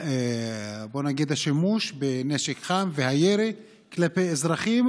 השימוש בנשק חם והירי על אזרחים,